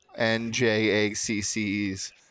NJACCs